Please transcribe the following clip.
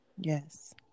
Yes